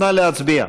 נא להצביע.